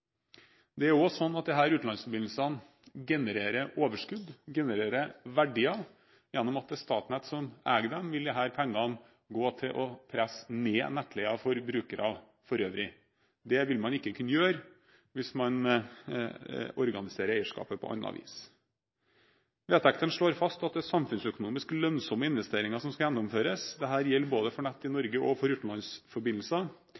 Det er også sånn at disse utenlandsforbindelsene genererer overskudd – genererer verdier. Gjennom at det er Statnett som eier dem, vil disse pengene gå til å presse ned nettleien for brukere for øvrig. Det vil man ikke kunne gjøre hvis man organiserer eierskapet på annet vis. Vedtektene slår fast at det er samfunnsøkonomisk lønnsomme investeringer som skal gjennomføres. Dette gjelder både for nett i